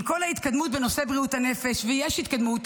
עם כל ההתקדמות בנושא בריאות הנפש, ויש התקדמות,